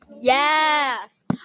Yes